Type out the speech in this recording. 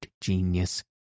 genius